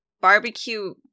barbecue